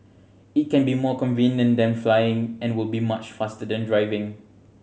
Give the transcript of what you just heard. it can be more convenient than flying and will be much faster than driving